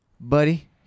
buddy